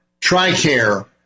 TRICARE